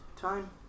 Time